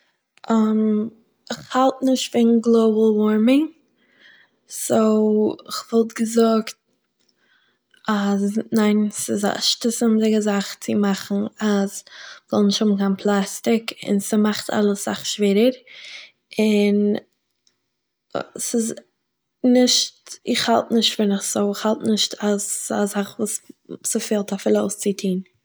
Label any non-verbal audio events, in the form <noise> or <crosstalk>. <hesitation> איך האלט נישט וועגן גלאבאל ווארמינג, סו, איך וואלט געזאגט אז ניין, ס'איז א שטותים'דיגע זאך צו מאכן אז מ'זאל נישט האבן קיין פלעסטיק און ס'מאכט אלעס אסאך שווערער, און ס'איז נישט- איך האלט נישט פון עס, סו, איך האלט נישט אז ס'איז א זאך וואס ס'פעלט אפילו אויס צו טוהן